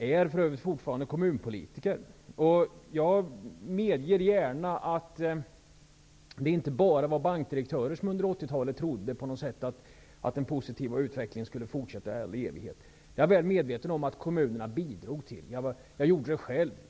är fortfarande kommunpolitiker. Jag medger gärna att det inte bara var bankdirektörer som under 80-talet trodde att den positiva utvecklingen skulle fortsätta i all evighet. Jag är väl medveten om att kommunerna bidrog till detta. Jag gjorde det själv.